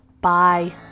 Bye